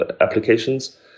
applications